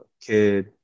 kid